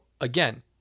again